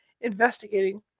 investigating